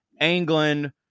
England